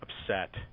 upset